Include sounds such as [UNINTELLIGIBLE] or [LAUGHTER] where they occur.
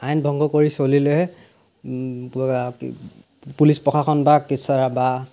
আইন ভংগ কৰি চলিলে পুলিচ প্ৰশাসন বা [UNINTELLIGIBLE] বা